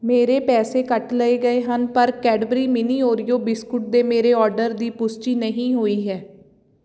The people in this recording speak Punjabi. ਮੇਰੇ ਪੈਸੇ ਕੱਟ ਲਏ ਗਏ ਹਨ ਪਰ ਕੈਡਬਰੀ ਮਿੰਨੀ ਓਰੀਓ ਬਿਸਕੁਟ ਦੇ ਮੇਰੇ ਔਰਡਰ ਦੀ ਪੁਸ਼ਟੀ ਨਹੀਂ ਹੋਈ ਹੈ